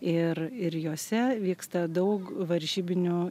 ir ir jose vyksta daug varžybinių